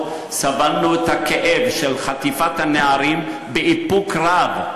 סבלנו את הכאב של חטיפת הנערים באיפוק רב.